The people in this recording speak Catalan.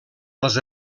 els